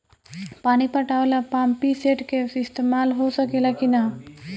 पानी पटावे ल पामपी सेट के ईसतमाल हो सकेला कि ना?